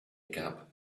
gap